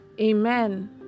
Amen